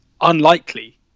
unlikely